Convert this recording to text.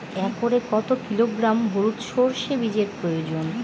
একরে কত কিলোগ্রাম হলুদ সরষে বীজের প্রয়োজন?